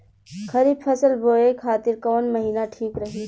खरिफ फसल बोए खातिर कवन महीना ठीक रही?